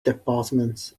departments